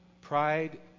Pride